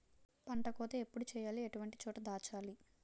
పంట కోత ఎప్పుడు చేయాలి? ఎటువంటి చోట దాచాలి?